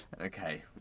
Okay